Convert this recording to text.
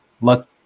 luck